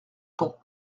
ton